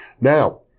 Now